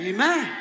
Amen